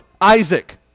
Isaac